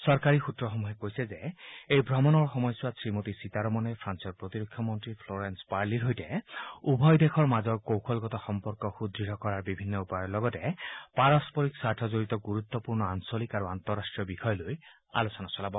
চৰকাৰী সুত্ৰসমূহে কৈছে যে এই ভ্ৰমণৰ সময়ছোৱাত শ্ৰীমতী সীতাৰমণে ফ্ৰান্সৰ প্ৰতিৰক্ষা মন্ত্ৰী ফ্ল'ৰেন্স পাৰ্লিৰ সৈতে উভয় দেশৰ মাজত কৌশলগত সম্পৰ্ক সুদ্য় কৰাৰ বিভিন্ন উপায়ৰ লগতে পাৰস্পৰিক স্বাৰ্থজড়িত গুৰুত্পূৰ্ণ আঞ্চলিক আৰু আন্তঃৰাষ্ট্ৰীয় বিষয় লৈ আলোচনা চলাব